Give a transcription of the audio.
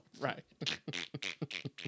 Right